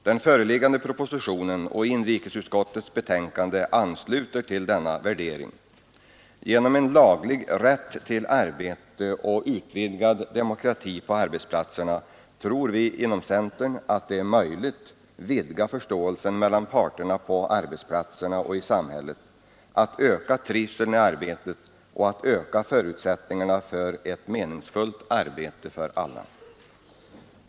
Den föreliggande propositionen och inrikesutskottets betänkande ansluter till denna värdering. Genom en laglig rätt till arbete och utvidgad demokrati på arbetsplatserna tror vi inom centern att det är möjligt att vidga förståelsen mellan parterna på arbetsplatserna och i samhället, att förbättra trivseln i arbetet och att öka förutsättningarna för ett meningsfullt arbete för alla.